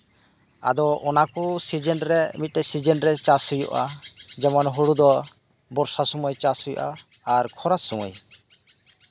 ᱟᱫᱚ ᱚᱱᱟ ᱥᱤᱡᱮᱱᱨᱮ ᱢᱤᱫᱴᱮᱡ ᱥᱤᱡᱮᱱ ᱨᱮ ᱪᱟᱥ ᱦᱩᱭᱩᱜᱼᱟ ᱡᱮᱢᱚᱱ ᱦᱩᱲᱩ ᱫᱚ ᱵᱚᱨᱥᱟ ᱥᱚᱢᱚᱭ ᱪᱟᱥ ᱦᱩᱭᱩᱜᱼᱟ ᱟᱨ ᱠᱷᱚᱨᱟ ᱥᱚᱢᱚᱭ